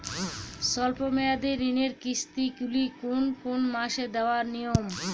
স্বল্প মেয়াদি ঋণের কিস্তি গুলি কোন কোন মাসে দেওয়া নিয়ম?